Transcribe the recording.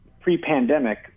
pre-pandemic